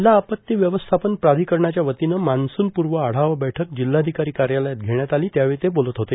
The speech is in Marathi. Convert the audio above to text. जिल्हा आपती व्यवस्थापन प्राधिकरणाच्या वतीनं मान्सून पूर्व आढावा बैठक जिल्हाधिकारी कार्यालयात घेण्यात आली यावेळी ते बोलत होते